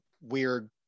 weird